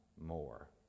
more